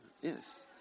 yes